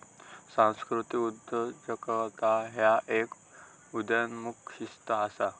सांस्कृतिक उद्योजकता ह्य एक उदयोन्मुख शिस्त असा